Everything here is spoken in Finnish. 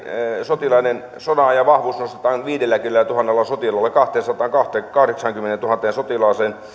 sotilaiden sota ajan vahvuutta nostetaan viidelläkymmenellätuhannella sotilaalla kahteensataankahdeksaankymmeneentuhanteen sotilaaseen